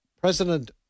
President